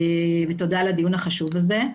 ותודה על הדיון החשוב הזה.